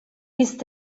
ist